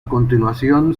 continuación